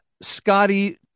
Scotty